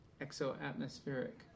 exo-atmospheric